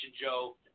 Joe